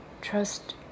Trust